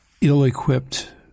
ill-equipped